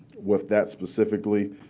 with that specifically,